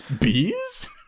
Bees